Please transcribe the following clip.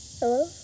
Hello